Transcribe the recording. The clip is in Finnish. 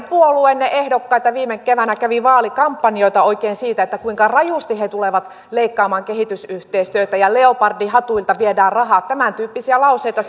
puolueenne ehdokkaita kävi viime keväänä vaalikampanjoita oikein siitä kuinka rajusti he tulevat leikkaamaan kehitysyhteistyötä ja leopardihatuilta viedään rahat tämän tyyppisiä lauseita